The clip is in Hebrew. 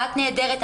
את נהדרת,